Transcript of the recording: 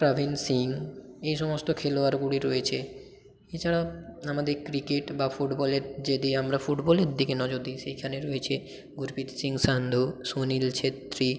প্রভীণ সিং এই সমস্ত খেলোয়াড়গুলি রয়েছে এছাড়া আমাদের ক্রিকেট বা ফুটবলের যেদি আমরা ফুটবলের দিকে নজর দিই সেইখানে রয়েছে গুরপিত সিং সান্ধু সুনীল ছেত্রী